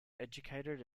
educated